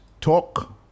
Talk